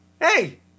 Hey